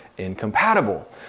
incompatible